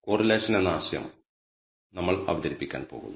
correlation എന്ന ആശയം നമ്മൾ അവതരിപ്പിക്കാൻ പോകുന്നു